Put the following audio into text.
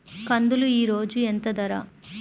కందులు ఈరోజు ఎంత ధర?